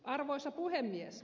arvoisa puhemies